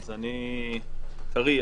אני טרי יחסית.